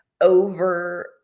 over